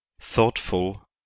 thoughtful